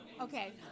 okay